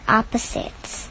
opposites